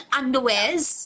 underwears